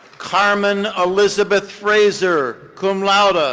carmen elizabeth fraser, cum laude, ah